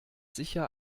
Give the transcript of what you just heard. sicher